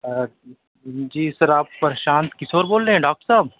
آ جی سر آپ پرشانت کشور بول رہے ہیں ڈاکٹر صاحب